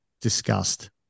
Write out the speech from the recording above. discussed